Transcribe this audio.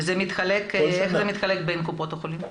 ואיך זה מתחלק בין קופות החולים?